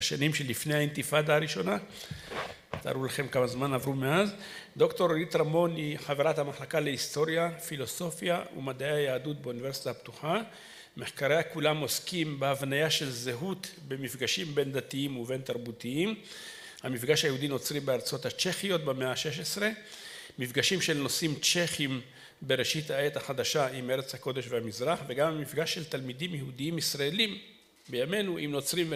בשנים שלפני האינתיפאדה הראשונה, תארו לכם כמה זמן עברו מאז. דוקטור אורית ארמוני היא חברת המחלקה להיסטוריה, פילוסופיה ומדעי היהדות באוניברסיטה הפתוחה. מחקריה כולם עוסקים בהבניה של זהות במפגשים בין דתיים ובין תרבותיים. המפגש היהודי נוצרי בארצות הצ'כיות במאה ה-16, מפגשים של נושאים צ'כים בראשית העת החדשה עם ארץ הקודש והמזרח, וגם המפגש של תלמידים יהודיים ישראלים בימינו עם נוצרים